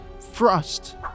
thrust